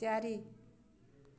ଚାରି